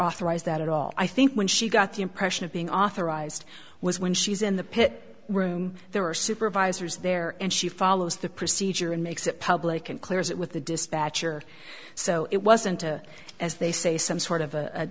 authorized that at all i think when she got the impression of being authorized was when she's in the pit room there are supervisors there and she follows the procedure and makes it public and clears it with the dispatcher so it wasn't a as they say some sort of